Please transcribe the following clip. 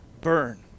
burn